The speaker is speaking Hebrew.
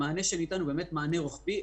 המענה שניתן הוא מענה רוחבי.